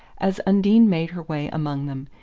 as undine made her way among them,